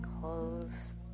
clothes